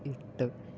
എട്ട്